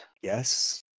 yes